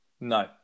No